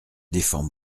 défends